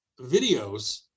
videos